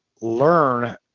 learn